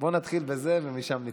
בוא נתחיל בזה ומשם נתקדם.